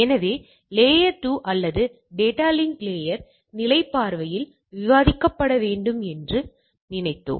எனவே இது லேயர்2 அல்லது டேட்டா லிங்க் லேயர் நிலை பார்வையில் விவாதிக்கப்பட வேண்டும் என்று நினைத்தோம்